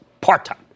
part-time